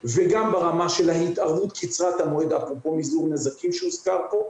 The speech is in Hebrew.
וגם ברמה של ההתערות קצרת המועד אפרופו מזעור נזקים שהוזכר כאן,